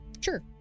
Sure